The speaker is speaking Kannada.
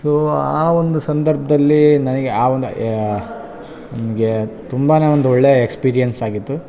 ಸೊ ಆ ಒಂದು ಸಂದರ್ಭದಲ್ಲಿ ನನಗೆ ಆ ಒಂದು ನನಗೆ ತುಂಬಾ ಒಂದು ಒಳ್ಳೇ ಎಕ್ಸ್ಪಿರಿಯನ್ಸ್ ಆಗಿತ್ತು